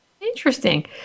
Interesting